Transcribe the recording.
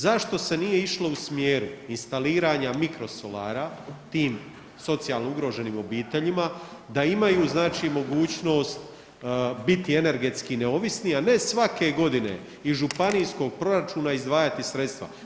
Zašto se nije išlo u smjeru instaliranja mikrosolara tim socijalno ugroženim obiteljima da imaju znači mogućnost biti energetski neovisni, a ne svake godine iz županijskog proračuna izdvajati sredstva?